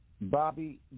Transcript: Bobby